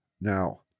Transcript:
Now